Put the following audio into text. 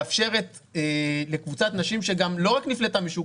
זה מאפשר לקבוצת נשים שלא רק נפלטו משוק